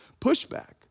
pushback